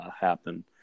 happen